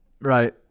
Right